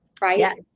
right